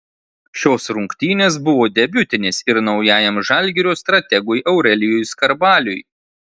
šios rungtynės buvo debiutinės ir naujajam žalgirio strategui aurelijui skarbaliui